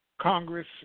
Congress